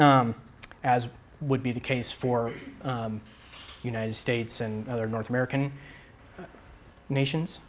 as would be the case for the united states and other north american nations